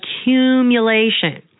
accumulation